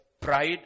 pride